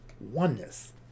Oneness